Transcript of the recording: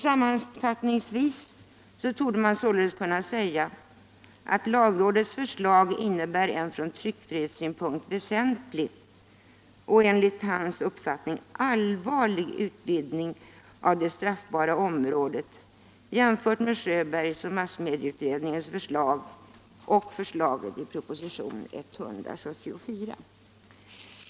Sammanfattningsvis torde man således kunna säga att lagrådets förslag innebär en från tryckfrihetssynpunkt väsentlig, och enligt Romanus uppfattning allvarlig, utvidgning av det straffbara området jämfört med Sjöbergs och massmedieutredningens förslag och förslaget i proposition 174.